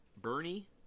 Bernie